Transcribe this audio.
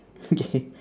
okay